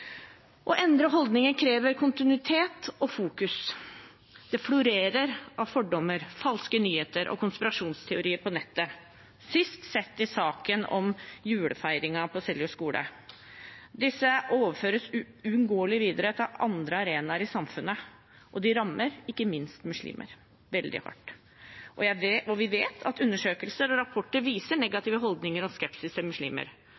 Å endre holdninger krever kontinuitet og fokus. Det florerer av fordommer, falske nyheter og konspirasjonsteorier på nettet, sist sett i saken om julefeiringen på Seljord skole. Disse overføres uunngåelig videre til andre arenaer i samfunnet, og de rammer ikke minst muslimer veldig hardt. Vi vet at undersøkelser og rapporter viser negative holdninger og skepsis til muslimer.